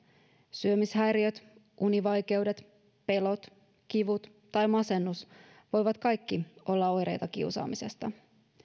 syömishäiriöt univaikeudet pelot kivut tai masennus voivat kaikki olla oireita kiusaamisesta